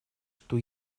что